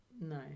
No